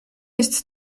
jest